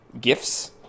gifts